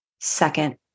second